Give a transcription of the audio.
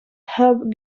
herb